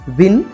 win